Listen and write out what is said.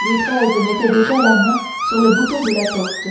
louis xiii mettait déjà la main sur le bouton de la porte